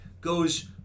goes